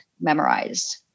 memorized